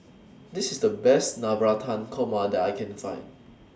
This IS The Best Navratan Korma that I Can Find